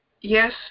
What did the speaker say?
Yes